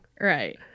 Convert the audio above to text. right